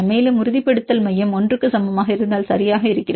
மேலும் உறுதிப்படுத்தல் மையம் 1 க்கு சமமாக இருந்தால் சரியாக இருக்கிறது